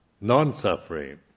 non-suffering